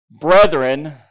brethren